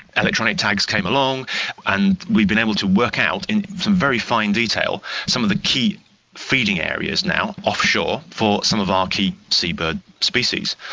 electronic tags came along and we've been able to work out in some very fine detail some of the key feeding areas now offshore for some of our key seabird species.